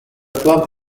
club